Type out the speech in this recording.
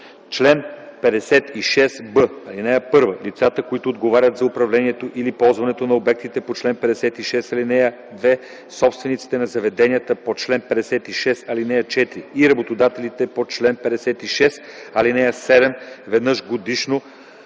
Чл. 56б. (1) Лицата, които отговарят за управлението или ползването на обектите по чл. 56, ал. 2, собствениците на заведенията по чл. 56, ал. 4 и работодателите по чл. 56, ал. 7 веднъж годишно